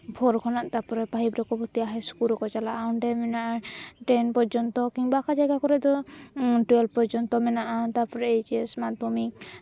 four ᱠᱷᱚᱱᱟᱜ ᱛᱟᱨᱯᱚᱨᱮ five ᱨᱮᱠᱚ ᱵᱷᱚᱨᱛᱤᱜᱼᱟ ᱦᱟᱭ ᱤᱥᱠᱩᱞ ᱨᱮᱠᱚ ᱪᱟᱞᱟᱜᱼᱟ ᱚᱸᱰᱮ ᱢᱮᱱᱟᱜᱼᱟ ᱴᱮᱱ ᱯᱚᱨᱡᱚᱱᱛᱚ ᱠᱤᱢᱵᱟ ᱚᱠᱟ ᱡᱟᱭᱜᱟ ᱠᱚᱨᱮᱜ ᱫᱚ ᱴᱩᱭᱮᱞᱵᱽ ᱯᱚᱨᱡᱚᱱᱛᱚ ᱢᱮᱱᱟᱜᱼᱟ ᱛᱟᱨᱯᱚᱨᱮ ᱮᱭᱤᱪ ᱮᱥ ᱢᱟᱫᱽᱫᱷᱚᱢᱤᱠ